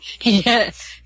Yes